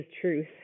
truth